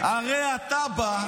הרי אתה בא,